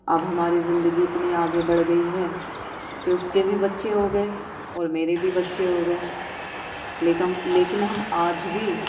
اب ہماری زندگی اتنی آگے بڑھ گئی ہے کہ اس کے بھی بچے ہو گئے اور میرے بھی بچے ہو گئے لیکن ہم آج بھی